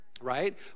Right